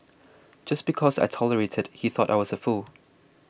just because I tolerated he thought I was a fool